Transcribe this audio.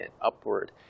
upward